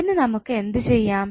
അതിന് നമുക്ക് എന്ത് ചെയ്യാം